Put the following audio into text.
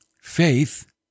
faith